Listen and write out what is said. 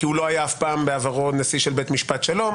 כי הוא לא היה אף פעם בעברו נשיא של בית משפט שלום.